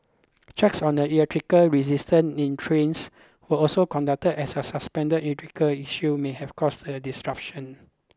checks on the electrical resistance in trains were also conducted as a suspended electrical issue may have caused the disruption